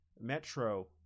Metro